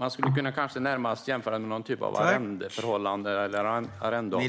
Man skulle kanske närmast kunna jämföra det med någon typ av arrendeförhållande eller arrendeavtal.